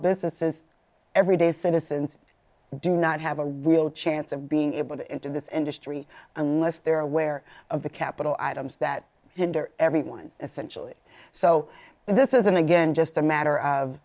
businesses every day citizens do not have a real chance of being able to enter this industry unless they're aware of the capital items that hinder everyone essentially so this isn't again just a matter of